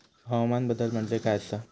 हवामान बदल म्हणजे काय आसा?